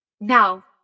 Now